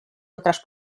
otras